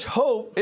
hope